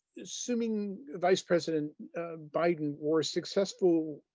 assuming vice president biden were successful,